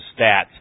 stats